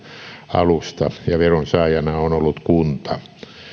alusta ja veronsaajana on ollut kunta